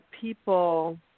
people